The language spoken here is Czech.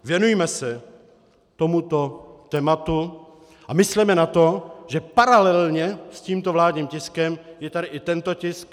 Věnujme se tomuto tématu a mysleme na to, že paralelně s tímto vládním tiskem je tady i tento tisk.